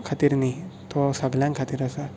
तो सगळ्या खातीर आसा